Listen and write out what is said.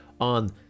on